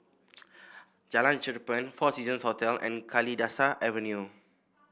Jalan Cherpen Four Seasons Hotel and Kalidasa Avenue